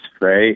right